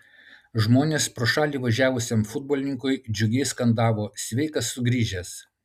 žmonės pro šalį važiavusiam futbolininkui džiugiai skandavo sveikas sugrįžęs